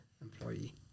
employee